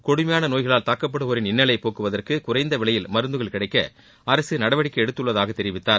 கொடுமையான நோய்களால் தாக்கப்படுவோரின் இன்னலை போக்குவதற்கு குறைந்த விலையில் மருந்துகள் கிடைக்க அரசு நடவடிக்கை எடுத்துள்ளதாக தெரிவித்தார்